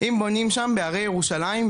אם בונים שם בהרי ירושלים,